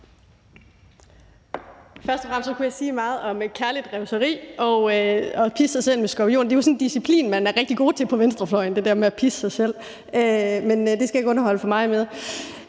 Først og fremmest kunne jeg sige meget om kærlig revselse og at piske sig selv med skorpioner. Det er jo sådan en disciplin, man er rigtig god til på venstrefløjen, altså det der med at piske sig selv. Men det skal jeg ikke underholde for meget med.